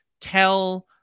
tell